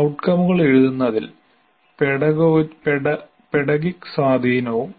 ഔട്കങ്ങളെഴുതുന്നതിൽ pedagogic സ്വാധീനവുമില്ല